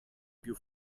più